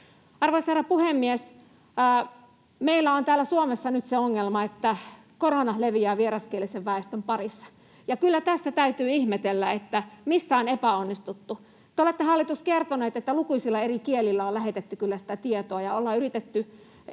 Arvoisa herra puhemies! Meillä on täällä Suomessa nyt se ongelma, että korona leviää vieraskielisen väestön parissa. Ja kyllä tässä täytyy ihmetellä, missä on epäonnistuttu. Te olette, hallitus, kertonut, että lukuisilla eri kielillä on lähetetty kyllä sitä tietoa ja ollaan yritetty